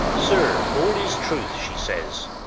sir, all is truth she says.